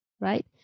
right